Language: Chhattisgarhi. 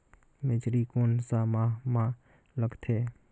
मेझरी कोन सा माह मां लगथे